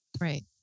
right